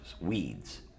weeds